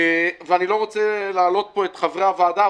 אני לא רוצה להלאות פה את חברי הוועדה,